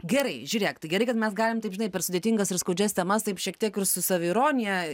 gerai žiūrėk tai gerai kad mes galim taip žinai per sudėtingas ir skaudžias temas taip šiek tiek ir su saviironija